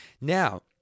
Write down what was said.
now